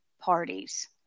parties